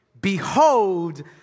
Behold